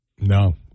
No